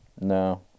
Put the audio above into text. no